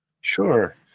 Sure